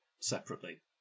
separately